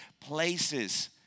places